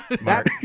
Mark